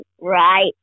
right